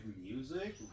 music